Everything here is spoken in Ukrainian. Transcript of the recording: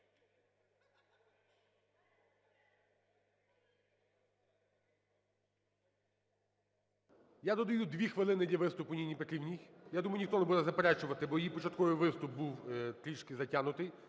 Я додаю 2 хвилини для виступу Ніні Петрівні. Я думаю, ніхто не буде заперечувати, бо її початковий виступ був трішки затягнутий.